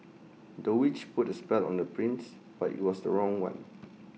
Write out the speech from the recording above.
the witch put A spell on the prince but IT was the wrong one